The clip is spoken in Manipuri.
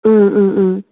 ꯎꯝ ꯎꯝ ꯎꯝ